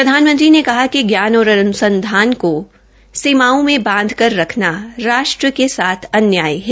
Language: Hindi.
प्रधानमंत्री ने कहा कि ज्ञान और अन्संधान को सीमाओं में बांध कर रखना राष्ट्र के साथ अन्याय है